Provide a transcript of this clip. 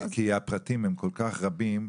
כי הפרטים הם כל כך רבים,